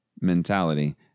mentality